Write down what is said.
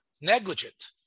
negligent